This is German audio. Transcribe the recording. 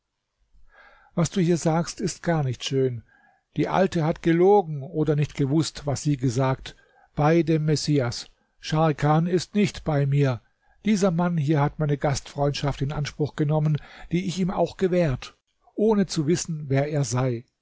was du hier sagst ist gar nicht schön die alte hat gelogen oder nicht gewußt was sie gesagt bei dem messias scharkan ist nicht bei mir dieser mann hier hat meine gastfreundschaft in anspruch genommen die ich ihm auch gewährt ohne zu wissen wer er sei